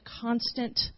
constant